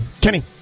Kenny